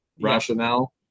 rationale